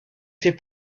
fais